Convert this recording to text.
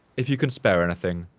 if you can spare anything,